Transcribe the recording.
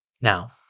Now